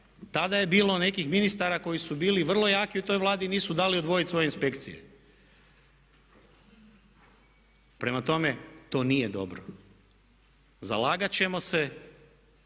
tada je bilo nekih ministara koji su bili vrlo jaki u toj Vladi i nisu dali odvojiti svoje inspekcije. Prema tome, to nije dobro. Zalagat ćemo se